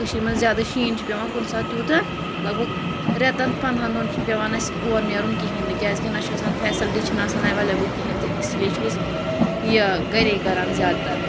کٔشیٖرِ منٛز زیادٕ شیٖن چھُ پٮ۪وان کُنہِ ساتہٕ تیوٗتاہ لگ بگ رٮ۪تَن پنٛدہَن دۄہَن چھِنہٕ پٮ۪وان اَسہِ اور نیرُن کِہیٖنۍ نہٕ کیٛازِکہِ نہ چھُ آسان فیسلٹی چھِنہٕ آسان ایویلیبٕل کِہیٖنۍ تہٕ اسی لیے چھِ أسۍ یہِ گَرے کَران زیادٕ تر